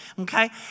okay